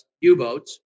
U-boats